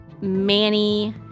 Manny